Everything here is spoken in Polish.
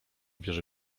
bierze